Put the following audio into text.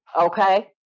Okay